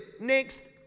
next